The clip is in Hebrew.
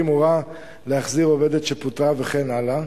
הורה להחזיר עובדת שפוטרה וכן הלאה,